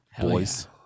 Boys